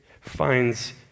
finds